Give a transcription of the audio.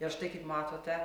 ir štai kaip matote